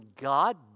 God